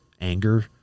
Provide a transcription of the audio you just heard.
anger